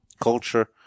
culture